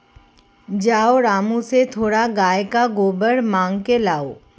जाओ रामू से थोड़ा गाय का गोबर मांग के लाओ